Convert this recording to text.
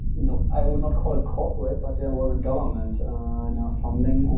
no, i would not call it corporate, but it was a government ah and funding.